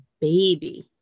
baby